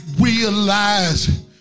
realize